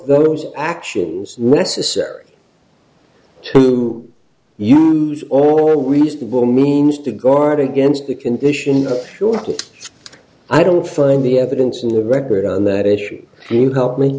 those actions necessary to use all reasonable means to guard against the condition shortly i don't find the evidence in the record on that issue seem help me